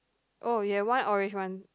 oh you have one orange one